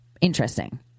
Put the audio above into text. Interesting